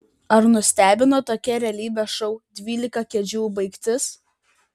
ar nustebino tokia realybės šou dvylika kėdžių baigtis